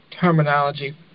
terminology